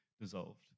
dissolved